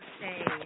say